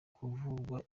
kuvurwa